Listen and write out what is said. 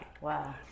Wow